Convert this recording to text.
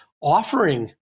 offering